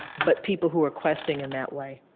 but people who are questing in that way